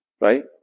right